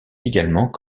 également